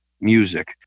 music